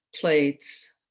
plates